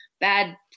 bad